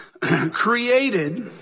created